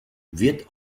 wird